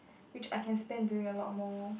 which I spend doing a lot more